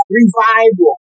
revival